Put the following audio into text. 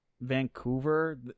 Vancouver